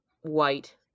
white